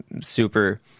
super